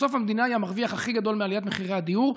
בסוף המדינה היא המרוויח הכי גדול מעליית מחירי הדיור.